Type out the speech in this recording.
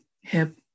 hip